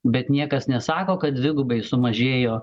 bet niekas nesako kad dvigubai sumažėjo